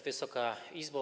Wysoka Izbo!